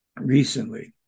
recently